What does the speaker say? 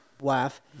wife